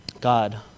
God